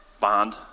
Bond